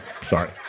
sorry